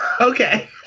Okay